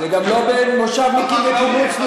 זה גם לא בין מושבניקים לקיבוצניקים.